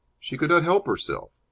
she could not help herself.